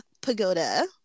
Pagoda